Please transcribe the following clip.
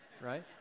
right